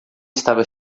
estava